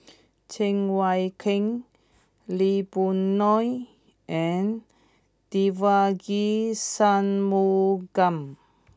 Cheng Wai Keung Lee Boon Ngan and Devagi Sanmugam